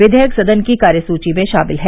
विधेयक सदन की कार्य सूची में शामिल है